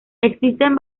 existen